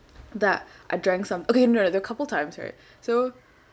that I drank some okay no no there were couple times right so